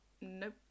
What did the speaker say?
Nope